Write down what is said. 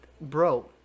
bro